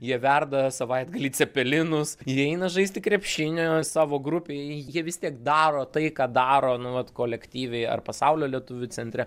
jie verda savaitgalį cepelinus jie eina žaisti krepšinio savo grupėj jie vis tiek daro tai ką daro nu vat kolektyviai ar pasaulio lietuvių centre